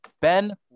Ben